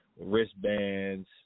wristbands